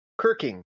Kirking